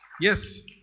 Yes